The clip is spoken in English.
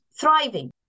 thriving